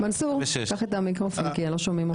קח את המיקרופון, לא שומעים אותך.